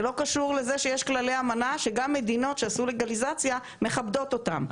זה לא קשור לזה שיש כללי אמנה שגם מדינות שעשו לגליזציה מכבדות אותם.